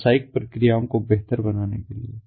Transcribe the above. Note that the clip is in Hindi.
व्यावसायिक प्रक्रियाओं को बेहतर बनाने के लिए